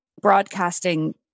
broadcasting